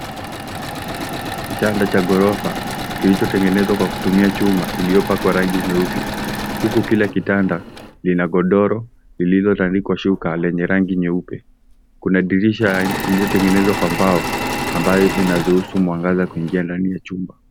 Kitanda cha ghorofa kilichtengenezwa kwa kutumia chuma iliyo pakwa rangi nyeusi huku Kila kitanda kina godoro lililotandikwa shuka lenye rangi nyeupe. Kuna dirisha lililotengenezwa kwa mbao ambalo linaruhusu mwangaza kuingia ndani ya chumba.